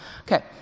Okay